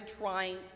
trying